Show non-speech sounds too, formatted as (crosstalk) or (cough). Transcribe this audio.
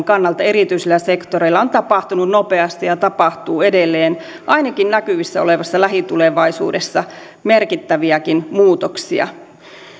(unintelligible) kannalta erityisillä sektoreilla on tapahtunut nopeasti ja tapahtuu edelleen ainakin näkyvissä olevassa lähitulevaisuudessa merkittäviäkin muutoksia